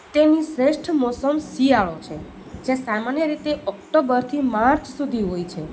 તેની શ્રેષ્ઠ મોસમ શિયાળો છે જે સામાન્ય રીતે ઓક્ટોબરથી માર્ચ સુધી હોય છે